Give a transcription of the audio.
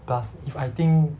plus if I think